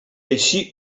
així